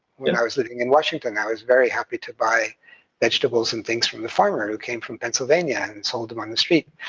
when i was living in washington, i was very happy to buy vegetables and things from a farmer who came from pennsylvania and and sold them on the street.